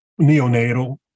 neonatal